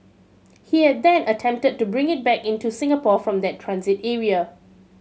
he had then attempted to bring it back in to Singapore from the transit area